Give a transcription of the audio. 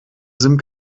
sim